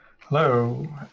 Hello